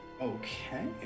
okay